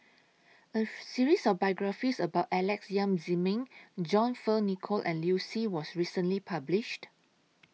A series of biographies about Alex Yam Ziming John Fearns Nicoll and Liu Si was recently published